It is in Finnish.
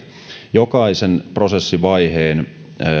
jokaisen prosessivaiheen